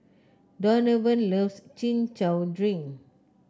Donavan loves Chin Chow Drink